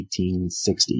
1860